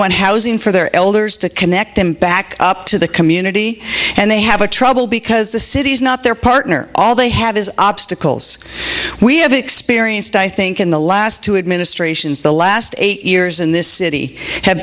want housing for their elders to connect them back up to the community and they have a trouble because the city is not their partner all they have is obstacles we have experienced i think in the last two administrations the last eight years in this city have